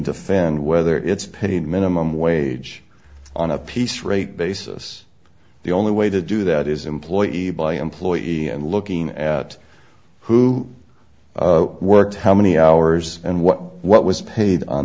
defend whether it's paid minimum wage on a piece rate basis the only way to do that is employee by employee and looking at who worked how many hours and what what was paid on